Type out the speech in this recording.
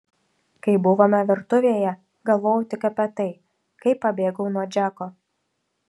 kai buvome virtuvėje galvojau tik apie tai kaip pabėgau nuo džeko